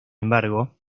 embargo